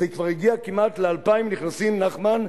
זה כבר הגיע כמעט ל-2,000 נכנסים, נחמן.